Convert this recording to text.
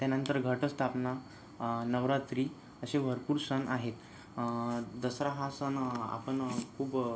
त्यानंतर घटस्थापना नवरात्री असे भरपूर सण आहेत दसरा हा सण आपण खूप